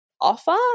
offer